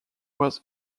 was